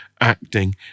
acting